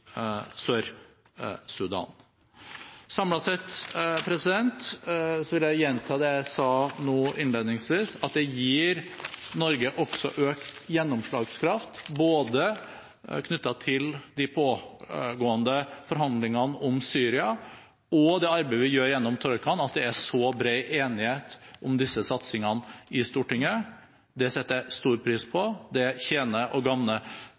sett vil jeg gjenta det jeg sa nå innledningsvis, at det gir Norge også økt gjennomslagskraft både knyttet til de pågående forhandlingene om Syria og det arbeidet vi gjør gjennom troikaen, at det er så bred enighet om disse satsingene i Stortinget. Det setter jeg stor pris på. Det tjener og